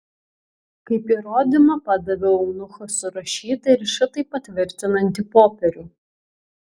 kaip įrodymą padaviau eunucho surašytą ir šitai patvirtinantį popierių